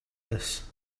this